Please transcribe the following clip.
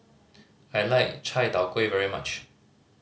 I like Chai Tow Kuay very much